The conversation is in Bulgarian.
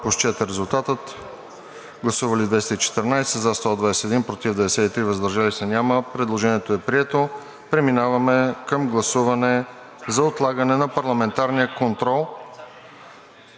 представители: за 121, против 93, въздържали се няма. Предложението е прието. Преминаваме към гласуване за отлагане на парламентарния контрол.